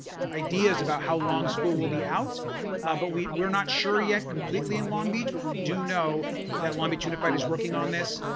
ideas about how long school will be out but we're not sure yet completely in long beach but we do know that long beach unified is working on this.